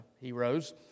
heroes